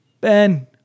Ben